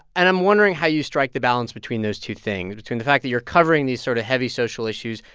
and i'm wondering how you strike the balance between those two things between the fact that you're covering these sort of heavy social issues,